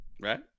Right